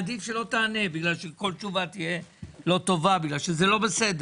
עדיף שלא תענה כי כל תשובה לא טובה כי זה לא בסדר.